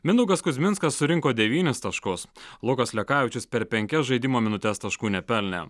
mindaugas kuzminskas surinko devynis taškus lukas lekavičius per penkias žaidimo minutes taškų nepelnė